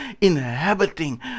inhabiting